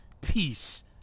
peace